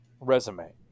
resume